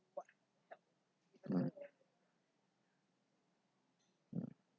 mm